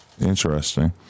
Interesting